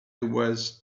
was